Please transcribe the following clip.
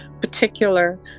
particular